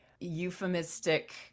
euphemistic